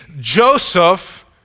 Joseph